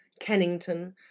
Kennington